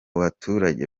baturage